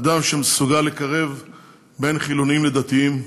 אדם שמסוגל לקרב חילונים ודתיים,